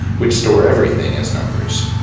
which store everything as numbers.